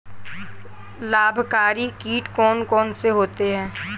लाभकारी कीट कौन कौन से होते हैं?